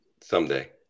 someday